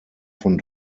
von